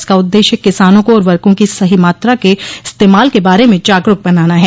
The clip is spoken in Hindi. इसका उद्देश्य किसानों को उर्वरकों की सही मात्रा के इस्तेमाल के बारे में जागरुक बनाना है